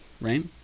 right